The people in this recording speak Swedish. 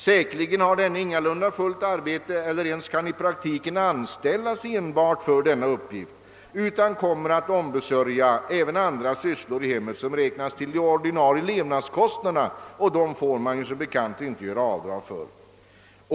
Säkerligen har vederbörande ingalunda fullt arbete eller kan ens i praktiken anställas för enbart denna uppgift utan kommer att ombesörja även andra syss lor i hemmet som räknas till de ordinarie levnadskostnaderna, och dem får man som bekant inte göra avdrag för.